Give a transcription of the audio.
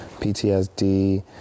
PTSD